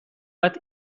bat